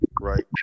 Right